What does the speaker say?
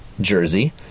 Jersey